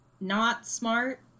not-smart